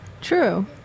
True